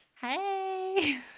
hey